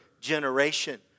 generation